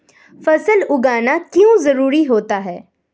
फसल उगाना क्यों जरूरी होता है?